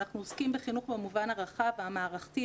אנחנו עוסקים בחינוך במובן הרחב והמערכתי.